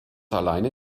alleine